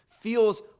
feels